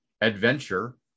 Adventure